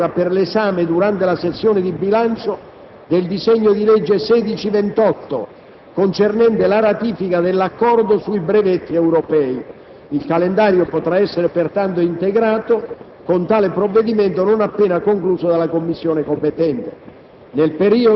la deroga per l'esame, durante la sessione di bilancio, del disegno di legge n. 1628 concernente la ratifica dell'accordo sui brevetti europei. Il calendario potrà essere pertanto integrato con tale provvedimento, non appena concluso dalla Commissione competente.